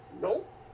Nope